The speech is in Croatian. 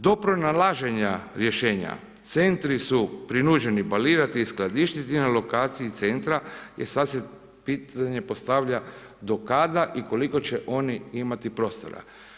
Do pronalaženja rješenja, centri su prinuđeni balirati i skladištiti na lokaciji centra, e sada se pitanje postavlja do kada i koliko će oni imati prostora.